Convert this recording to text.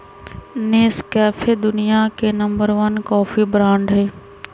Nescafe दुनिया के number one coffee brand हई